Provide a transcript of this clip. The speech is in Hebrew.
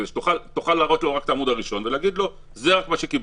כדי שתוכל להראות לו רק את העמוד הראשון ותגיד לו "זה מה שקיבלתי".